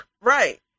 Right